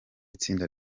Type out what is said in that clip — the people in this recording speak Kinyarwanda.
itsinda